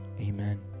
Amen